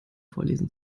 vorlesen